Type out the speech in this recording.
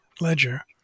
ledger